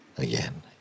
Again